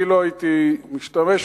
אני לא הייתי משתמש בהם,